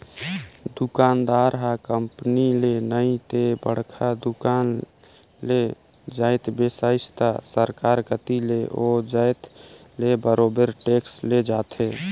दुकानदार ह कंपनी ले नइ ते बड़का दुकान ले जाएत बिसइस त सरकार कती ले ओ जाएत ले बरोबेर टेक्स ले जाथे